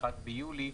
1 ביולי,